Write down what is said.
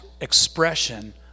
expression